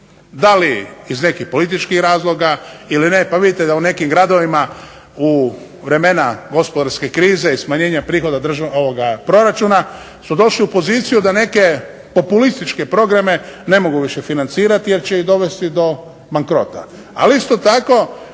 da li iz nekih političkih razloga ili ne. Pa vidite da u nekim gradovima u vremena gospodarske krize i smanjenja prihoda proračuna su došli u poziciju da neke populističke programe ne mogu više financirati jer će ih dovesti do bankrota. Ali isto tako